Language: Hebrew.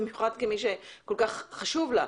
במיוחד כמי שכל כך חשוב לה.